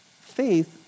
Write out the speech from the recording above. faith